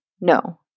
No